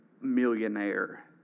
millionaire